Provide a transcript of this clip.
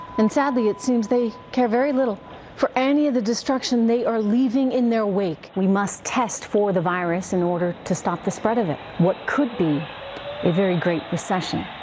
and sadly it seems they care very little for any of the destruction they are leaving in their wake. we must test for the virus in order to stop the spread of it. what could be a very great recession,